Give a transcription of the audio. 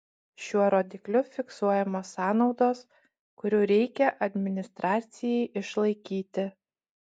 šiuo rodikliu fiksuojamos sąnaudos kurių reikia administracijai išlaikyti